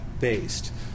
based